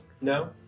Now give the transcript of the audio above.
No